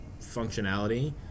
functionality